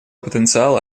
потенциала